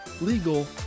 legal